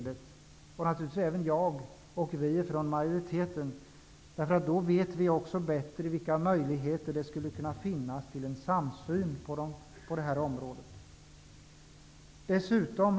Det är naturligtvis även jag och vi från majoriteten, eftersom vi då kommer att veta bättre vilka möjligheter det skulle kunna finnas till en samsyn på det här området. Herr talman!